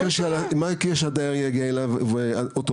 אוקיי ומה יקרה כשהדייר יגיע אליו ואותו